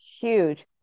huge